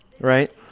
right